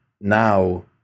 now